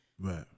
Right